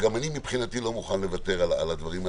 וגם אני מבחינתי לא מוכן לוותר על הדברים הללו,